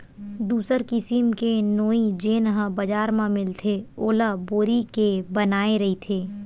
दूसर किसिम के नोई जेन ह बजार म मिलथे ओला बोरी के बनाये रहिथे